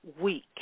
week